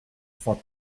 for